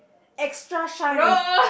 extra shine with